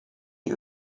die